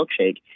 milkshake